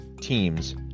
teams